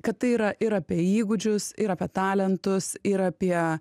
kad tai yra ir apie įgūdžius ir apie talentus ir apie